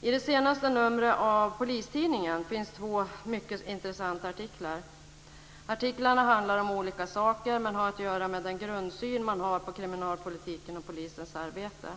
I det senaste numret av Polistidningen finns två mycket intressanta artiklar. De handlar om olika saker men har att göra med grundsynen på kriminalpolitiken och polisens arbete.